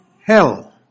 hell